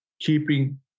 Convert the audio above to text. keeping